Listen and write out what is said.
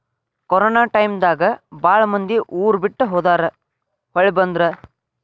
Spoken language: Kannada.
ಕೊರೊನಾ ಟಾಯಮ್ ದಾಗ ಬಾಳ ಮಂದಿ ಊರ ಬಿಟ್ಟ ಹೊದಾರ ಹೊಳ್ಳಿ ಬಂದ್ರ